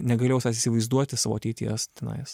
negalėjau savęs įsivaizduoti savo ateities tenais